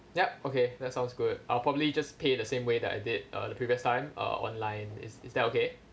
yup okay that sounds good I'll probably just pay the same way that I did uh the previous time uh online is is that okay